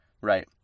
right